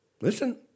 listen